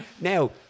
now